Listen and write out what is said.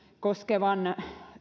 koskevan